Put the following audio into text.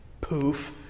poof